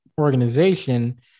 organization